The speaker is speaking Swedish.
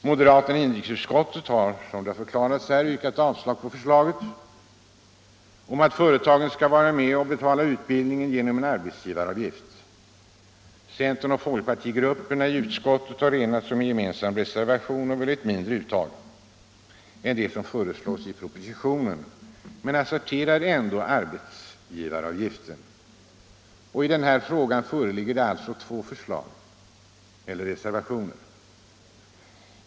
Moderaterna i inrikesutskottet har, som det har förklarats här, yrkat avslag på förslaget om att företagen skall vara med och betala utbildningen genom en arbetsgivaravgift. Centeroch folkpartigrupperna i utskottet har enats om en gemensam reservation och vill ha ett mindre uttag än det som föreslås i propositionen men accepterar ändå en arbetsgivaravgift. Det föreligger alltså tre reservationer i denna fråga.